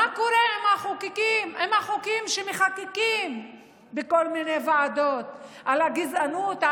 מה קורה עם החוקים שמחוקקים בכל מיני ועדות על הגזענות,